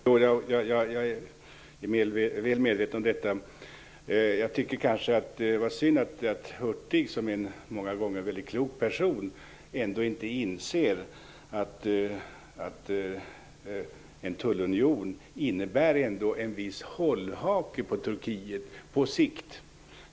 Fru talman! Jag är väl medveten om detta. Jag tycker nog att det är synd att Hurtig, som många gånger är en väldigt klok person, inte inser att en tullunion ändå innebär en viss hållhake på Turkiet på sikt.